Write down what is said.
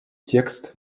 текст